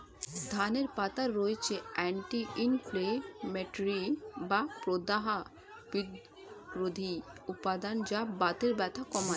ধনে পাতায় রয়েছে অ্যান্টি ইনফ্লেমেটরি বা প্রদাহ বিরোধী উপাদান যা বাতের ব্যথা কমায়